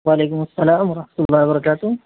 و علیکم السلام و رحمتہ اللہ و برکاتہ